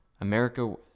America